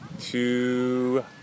two